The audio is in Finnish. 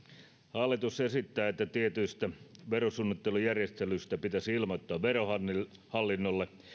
hallitus esittää että tietyistä verosuunnittelujärjestelyistä pitäisi ilmoittaa verohallinnolle